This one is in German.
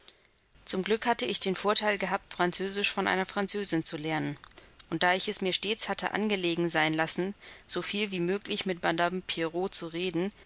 zum glück hatte ich den vorteil gehabt französisch von einer französin zu lernen und da ich es mir stets hatte angelegen sein lassen so viel wie möglich mit madame pierrot zu reden